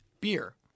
beer